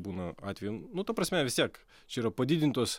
būna atvejų nu ta prasme vis tiek čia yra padidintos